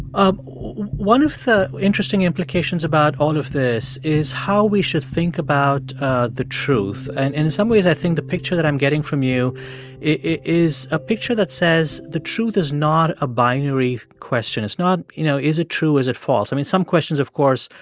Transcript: um one of the interesting implications about all of this is how we should think about ah the truth. and in some ways, i think the picture that i'm getting from you is a picture that says the truth is not a binary question. it's not, you know, is it true, is it false? i mean, some questions, of course,